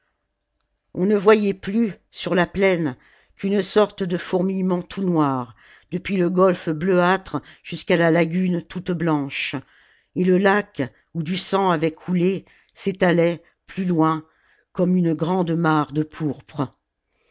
on ne voyait plus sur la plaine qu'une sorte de fourmillement tout noir depuis le golfe bleuâtre jusqu'à la lagune toute blanche et le lac où du sang avait coulé s'étalait plus loin comme une grande mare de pourpre